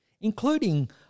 including